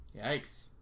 Yikes